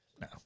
no